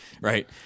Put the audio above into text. right